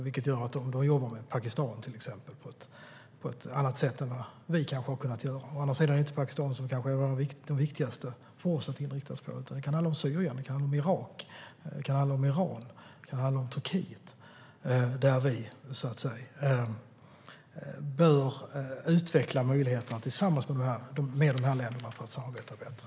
Det gör att de jobbar med Pakistan, till exempel, på ett annat sätt än vad vi kanske har kunnat göra. Å andra sidan är det kanske inte Pakistan som är det viktigaste för oss att inrikta oss på. För oss kan det handla om Syrien. Det kan handla om Irak. Det kan handla om Iran. Det kan handla om Turkiet. Vi bör, så att säga, utveckla möjligheterna tillsammans med de länderna för att samarbeta bättre.